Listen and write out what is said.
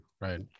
right